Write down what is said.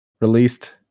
released